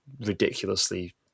ridiculously